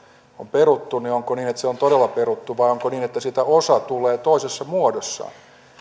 on peruttu onko niin että se on todella peruttu vai onko niin että siitä osa tulee toisessa muodossa